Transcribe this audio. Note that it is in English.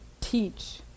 teach